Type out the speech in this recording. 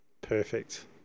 Perfect